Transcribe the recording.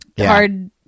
hard